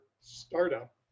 startup